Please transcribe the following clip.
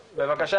המשטרה,